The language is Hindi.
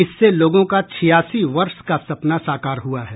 इससे लोगों का छियासी वर्ष का सपना साकार हुआ है